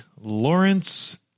Lawrence